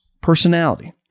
personality